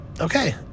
okay